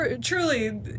truly